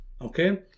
Okay